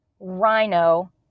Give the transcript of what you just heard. rhino